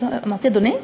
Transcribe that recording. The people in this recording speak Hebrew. אמרתי "אדוני"?